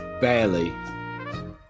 barely